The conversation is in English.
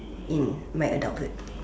in my adulthood